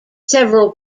several